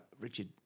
Richard